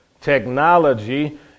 technology